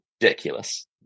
ridiculous